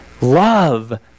love